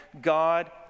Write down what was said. God